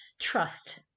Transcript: trust